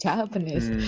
Japanese